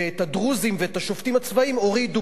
ואת הדרוזים ואת השופטים הצבאיים הורידו